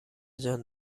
جان